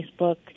Facebook